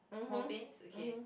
small panes okay